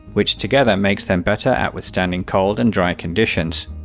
which together makes them better at withstanding cold and dry conditions.